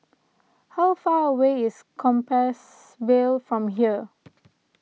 how far away is Compassvale from here